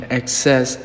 access